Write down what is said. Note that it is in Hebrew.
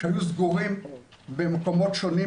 היו סגורים במקומות שונים,